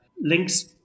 links